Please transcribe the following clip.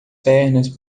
pernas